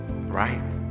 right